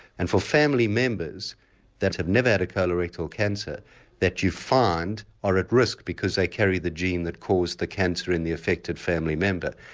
and for family members that have never had a colorectal cancer that you find are at risk because they carry the gene that caused the cancer in the affected family member.